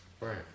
Right